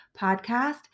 podcast